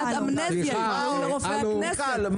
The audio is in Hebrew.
--- מיכל,